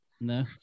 No